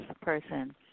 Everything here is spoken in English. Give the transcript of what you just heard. person